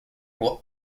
will